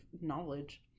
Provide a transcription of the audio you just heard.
knowledge